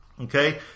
okay